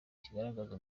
kigaragaza